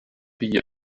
wie